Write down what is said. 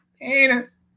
Penis